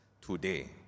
today